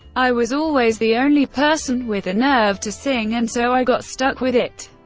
i was always the only person with the nerve to sing, and so i got stuck with it.